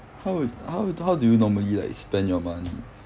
how would how how do you normally like spend your money